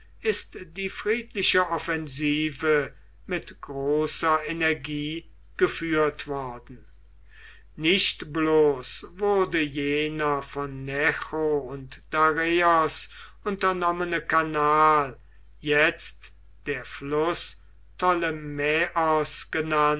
ist die friedliche offensive mit großer energie geführt worden nicht bloß wurde jener von necho und dareios unternommene kanal jetzt der fluß ptolemaeos genannt